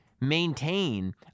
maintain